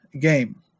game